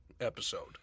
episode